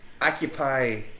occupy